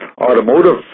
automotive